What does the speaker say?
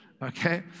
Okay